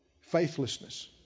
Faithlessness